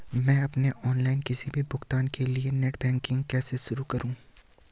मैं अपने ऑनलाइन किसी भी भुगतान के लिए नेट बैंकिंग कैसे शुरु करूँ?